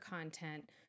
content